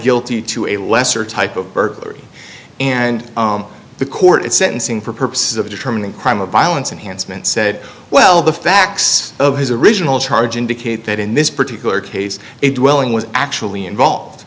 guilty to a lesser type of burglary and the court sentencing for purposes of determining crime of violence and handsome and said well the facts of his original charge indicate that in this particular case it welling was actually involved